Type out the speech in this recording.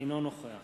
אינו נוכח